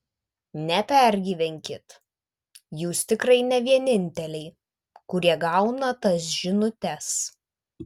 nepergyvenkit jūs tikrai ne vieninteliai kurie gauna tas žinutes